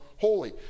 holy